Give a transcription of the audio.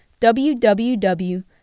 www